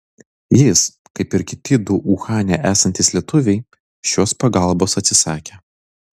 jis kaip ir kiti du uhane esantys lietuviai šios pagalbos atsisakė